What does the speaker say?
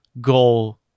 goal